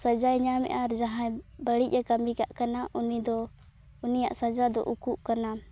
ᱥᱟᱡᱟᱣ ᱧᱟᱢᱫᱜᱼᱟ ᱟᱨ ᱡᱟᱦᱟᱸᱭ ᱵᱟᱲᱤᱡ ᱮ ᱠᱟᱹᱢᱤ ᱠᱟᱜ ᱠᱟᱱᱟ ᱩᱱᱤ ᱫᱚ ᱩᱱᱤᱭᱟᱜ ᱥᱟᱡᱟ ᱫᱚ ᱩᱠᱩᱜ ᱠᱟᱱᱟ